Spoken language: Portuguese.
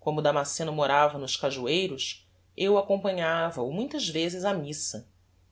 como o damasceno morava nos cajueiros eu acompanhava-os muitas vezes á missa